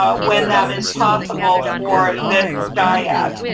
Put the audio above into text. ah when that is possible for this dyad.